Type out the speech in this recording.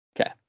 Okay